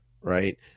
right